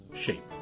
shape